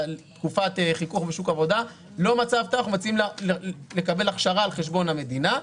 תקופת חיפוש בשוק העבודה אנחנו מציעים לקבל הכשרה על חשבון המדינה.